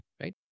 right